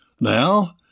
Now